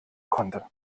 konnte